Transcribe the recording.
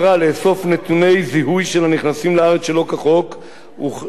הנכנסים לארץ שלא כחוק ולהכלילם במאגר המשטרתי,